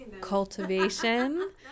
cultivation